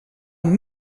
amb